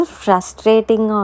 frustrating